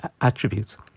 attributes